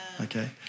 okay